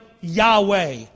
Yahweh